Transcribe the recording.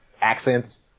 accents